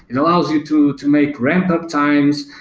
it allows you to to make ramp-up times.